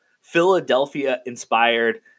Philadelphia-inspired